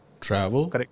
Travel